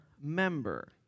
member